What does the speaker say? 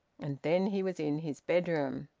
and then he was in his bedroom.